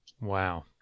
Wow